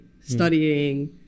studying